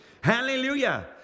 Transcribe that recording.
Hallelujah